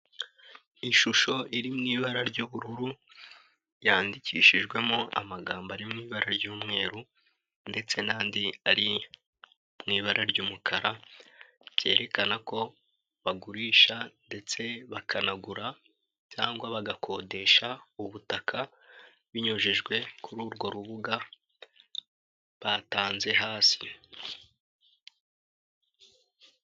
Ishusho iri mu ibara ry'ubururu yandikishijwe mo amagambo mu ibara ry'umweru ndetse n'andi ari mu ibara ry'umukara, byerekana ko bagurisha ndetse bakanagura cyangwa bagakodesha ubutaka binyujijwe kuri urwo rubuga batanze hasi.